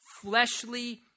fleshly